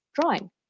drawing